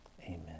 Amen